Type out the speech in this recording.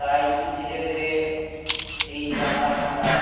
তাই ধীরে ধীরে এই বাংলা ভাষা